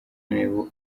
imibu